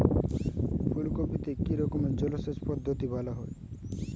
ফুলকপিতে কি রকমের জলসেচ পদ্ধতি ভালো হয়?